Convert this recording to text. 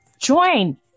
Join